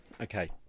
okay